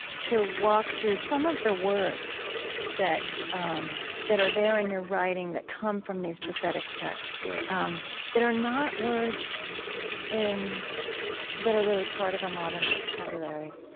to walk through some of the words that um that are there in your writing that come from these prophetic texts um that are not words that are really part of a modern vocabulary.